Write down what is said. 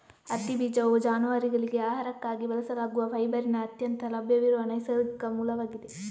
ಹತ್ತಿ ಬೀಜವು ಜಾನುವಾರುಗಳಿಗೆ ಆಹಾರಕ್ಕಾಗಿ ಬಳಸಲಾಗುವ ಫೈಬರಿನ ಅತ್ಯಂತ ಲಭ್ಯವಿರುವ ನೈಸರ್ಗಿಕ ಮೂಲವಾಗಿದೆ